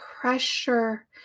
pressure